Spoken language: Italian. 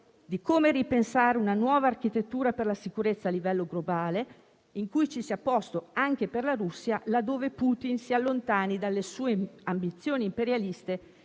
di come ripensare una nuova architettura per la sicurezza a livello globale, in cui ci sia posto anche per la Russia laddove Putin si allontani dalle sue ambizioni imperialiste